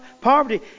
poverty